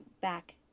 back